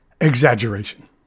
exaggeration